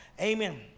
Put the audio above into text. Amen